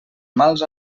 mals